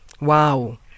Wow